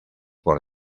por